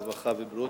הרווחה והבריאות.